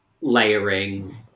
layering